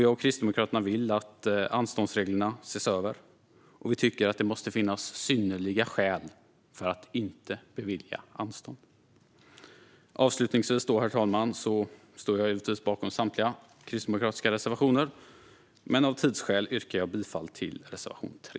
Jag och Kristdemokraterna vill att anståndsreglerna ses över. Vi tycker att det måste finnas synnerliga skäl för att inte bevilja anstånd. Herr talman! Avslutningsvis vill jag säga att jag givetvis står bakom samtliga kristdemokratiska reservationer men av tidsskäl yrkar jag bifall endast till reservation 3.